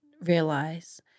realize